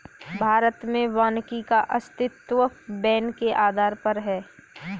भारत में वानिकी का अस्तित्व वैन के आधार पर है